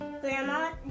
Grandma